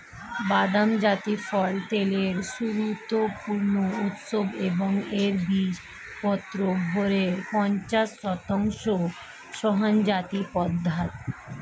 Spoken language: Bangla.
বাদাম জাতীয় ফল তেলের গুরুত্বপূর্ণ উৎস এবং এর বীজপত্রের ভরের পঞ্চাশ শতাংশ স্নেহজাতীয় পদার্থ